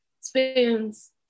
spoons